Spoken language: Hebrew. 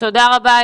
תודה רבה.